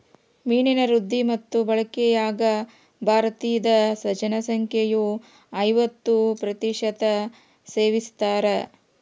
ಮೀನಿನ ವೃದ್ಧಿ ಮತ್ತು ಬಳಕೆಯಾಗ ಭಾರತೀದ ಜನಸಂಖ್ಯೆಯು ಐವತ್ತು ಪ್ರತಿಶತ ಸೇವಿಸ್ತಾರ